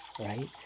right